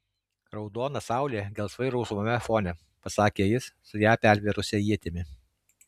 raudona saulė gelsvai rausvame fone pasakė jis su ją pervėrusia ietimi